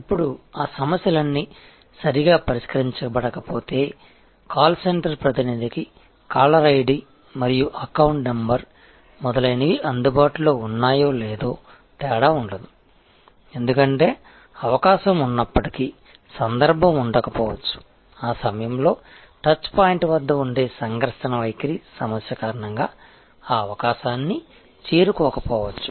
ఇప్పుడు ఆ సమస్యలన్నీ సరిగా పరిష్కరించబడకపోతే కాల్ సెంటర్ ప్రతినిధికి కాలర్ ఐడి మరియు అకౌంట్ నంబర్ మొదలైనవి అందుబాటులో ఉన్నాయో లేదో తేడా ఉండదు ఎందుకంటే అవకాశం ఉన్నప్పటికీ సందర్భం ఉండకపోవచ్చు ఆ సమయంలో టచ్ పాయింట్ వద్ద ఉండే సంఘర్షణ వైఖరి సమస్య కారణంగా ఆ అవకాశాన్ని చేరుకోకపోవచ్చు